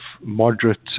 moderate